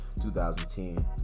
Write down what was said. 2010